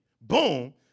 Boom